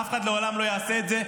אף אחד לעולם לא יעשה את זה,